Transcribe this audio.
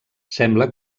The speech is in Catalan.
sembla